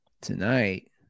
tonight